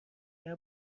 دیگر